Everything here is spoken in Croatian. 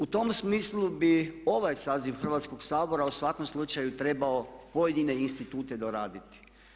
U tom smislu bi ovaj saziv Hrvatskog sabora u svakom slučaju trebao pojedine institute doraditi.